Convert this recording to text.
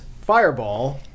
Fireball